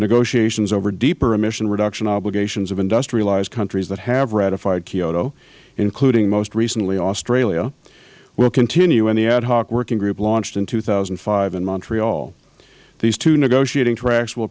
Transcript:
negotiations over deeper emission reduction obligations of industrialized countries that have ratified kyoto including most recently australia will continue in the ad hoc working group launched in two thousand and five in montreal these two negotiating tracks will